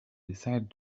decided